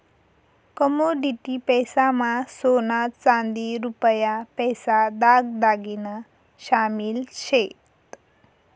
commodity पैसा मा सोना चांदी रुपया पैसा दाग दागिना शामिल शेत